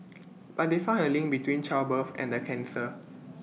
but they found A link between childbirth and the cancer